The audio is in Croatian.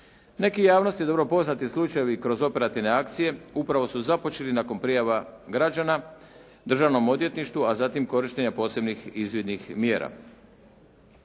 Neki javnosti dobro poznati slučajevi kroz operativne akcije upravo su započeli nakon prijava građana Državnom odvjetništvu a zatim korištenja posebnih izvidnih mjera.